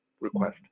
request